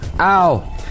Ow